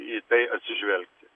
į tai atsižvelgti